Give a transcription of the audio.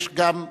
יש גם,